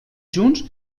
junts